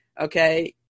okay